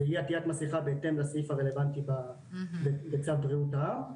זה אי עטיית מסכה בהתאם לסעיף הרלוונטי בצו בריאות העם.